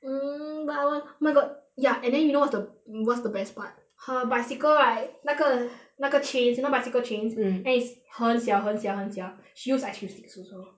mmhmm but I wan~ oh my god ya and then you know what's the what's the best part her bicycle right 那个那个 chains you know bicycle chains mm and is 很小很小很小 she use ice cream sticks also